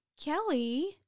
Kelly